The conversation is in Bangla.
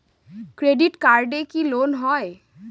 ক্রেডিট কার্ডে কি লোন হয়?